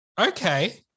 Okay